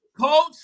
Coach